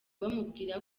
bamubwira